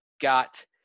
got